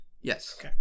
Yes